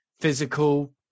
physical